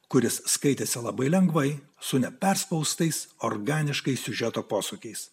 kuris skaitėsi labai lengvai su ne perspaustais organiškais siužeto posūkiais